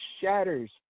shatters